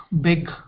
big